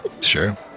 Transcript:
Sure